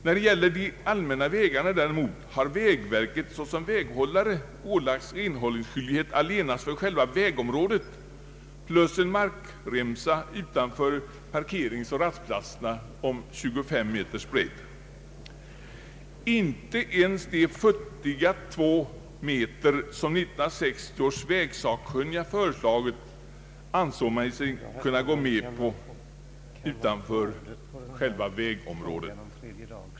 När det gäller de allmänna vägarna däremot har vägverket såsom väghållare ålagts renhållningsskyldighet allenast för själva vägområdet plus en markremsa om 25 meter utanför parkeringsoch rastplatserna. Inte ens de futtiga 2 meter utanför själva vägområdet som 1960 års vägsakkunniga föreslagit ansåg man sig kunna gå med på.